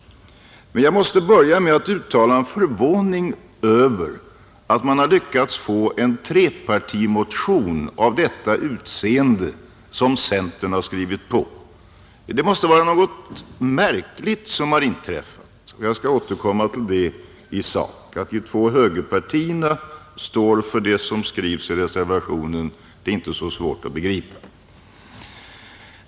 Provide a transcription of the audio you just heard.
Men jag måste börja med att uttala förvåning över att man har lyckats få en trepartimotion av detta utseende och som även centern har skrivit under. Något märkligt måste ha inträffat — jag skall återkomma till det. Att de två högerpartierna står för det som skrivs i reservationen är inte så svårt att begripa.